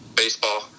baseball